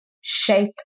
shape